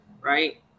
right